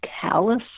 callous